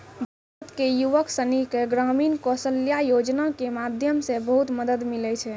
भारत के युवक सनी के ग्रामीण कौशल्या योजना के माध्यम से बहुत मदद मिलै छै